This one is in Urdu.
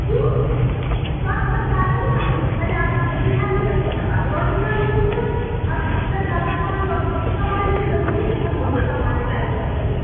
کیوں آپ بہت زیادہ نہیں مانگ رہے ہیں ارے آپ ہم کو بٹھا لی گا اپنی سواری اور بٹھا لیجیے گا آپ تو زیادہ مانگ رہے ہیں آپ اُن سے کما لیجیے گا ضروری ہے سب ہمیں سے کما لیں سارے پیسے